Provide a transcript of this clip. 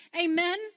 Amen